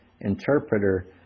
interpreter